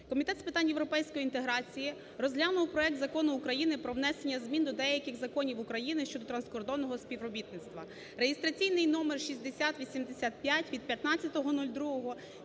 Комітет з питань європейської інтеграції розглянув проект Закону України про внесення змін до деяких законів України щодо транскордонного співробітництва (реєстраційний номер 6085) від 15.02.2017